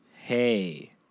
Hey